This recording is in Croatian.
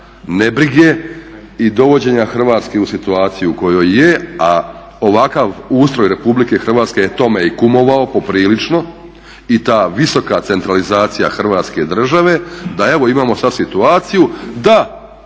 ne brige i dovođenja Hrvatske u situaciju u kojoj je, a ovakav ustroj RH je tome i kumovao poprilično i ta visoka centralizacija Hrvatske države da imamo sada situaciju da